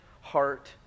heart